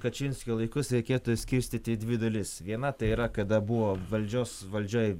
kačinskio laikus reikėtų skirstyti į dvi dalis viena tai yra kada buvo valdžios valdžioj